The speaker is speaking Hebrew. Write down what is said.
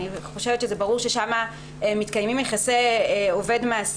אני חושבת שברור ששם מתקיימים יחסי עובד-מעסיק.